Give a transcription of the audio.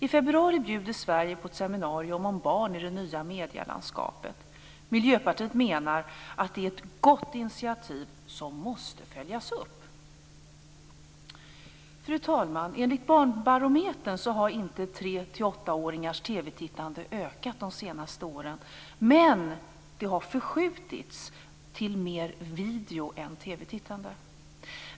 I februari bjuder Sverige på ett seminarium om barn i det nya medielandskapet. Miljöpartiet menar att det är ett gott initiativ som måste följas upp. Fru talman! Enligt Barnbarometern har inte treåttaåringars TV-tittande ökat de senaste åren, men det har förskjutits till mer video än TV-tittande.